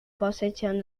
position